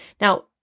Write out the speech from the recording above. Now